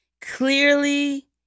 Clearly